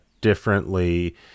differently